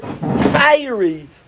fiery